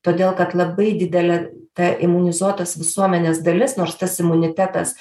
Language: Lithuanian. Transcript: todėl kad labai didelė ta imunizuotos visuomenės dalis nors tas imunitetas